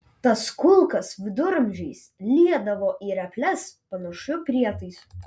tas kulkas viduramžiais liedavo į reples panašiu prietaisu